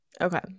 okay